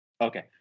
Okay